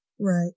Right